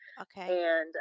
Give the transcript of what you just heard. Okay